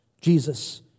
Jesus